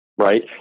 Right